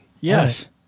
Yes